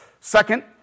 Second